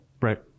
Right